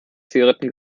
zigaretten